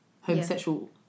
homosexual